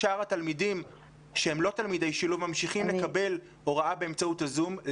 שאר התלמידים שהם לא תלמידי שילוב ממשיכים לקבל הוראה באמצעות הזום.